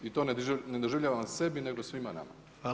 I to ne doživljavam sebi, nego svima nama.